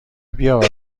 بیاورم